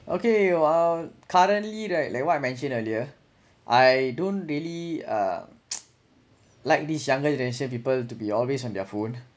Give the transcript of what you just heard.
okay you uh currently right like what you mentioned earlier I don't really uh like these younger generation people to be always on their phone